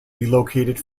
relocated